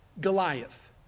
Goliath